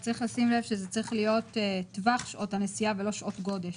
יש לשים לב שזה צריך להיות "טווח שעות הנסיעה" ולא "שעות הגודש".